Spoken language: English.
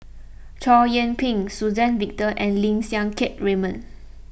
Chow Yian Ping Suzann Victor and Lim Siang Keat Raymond